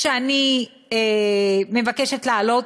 שאני מבקשת להעלות,